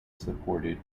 supported